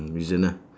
mm reason lah